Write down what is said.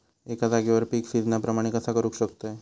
एका जाग्यार पीक सिजना प्रमाणे कसा करुक शकतय?